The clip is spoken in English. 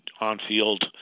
on-field